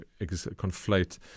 conflate